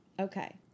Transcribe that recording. Okay